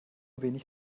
wenig